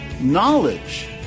knowledge